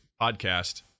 podcast